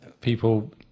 people